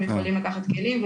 הם יכולים לקחת כלים,